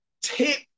tip